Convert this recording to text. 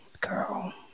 girl